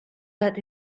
that